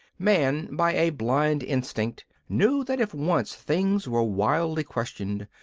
man, by a blind instinct, knew that if once things were wildly questioned,